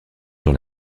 sur